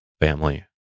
family